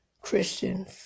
Christians